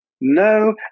No